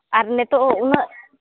ᱟᱨ ᱱᱤᱛᱳᱜ ᱩᱱᱟᱹᱜ